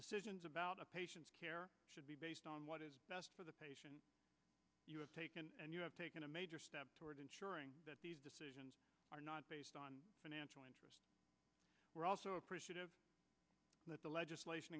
decisions about a patient's care should be based on what is best for the patient you have taken and you have taken a major step toward ensuring that these decisions are not based on financial and we're also appreciative that the legislation